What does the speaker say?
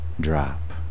Drop